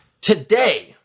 Today